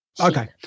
okay